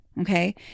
Okay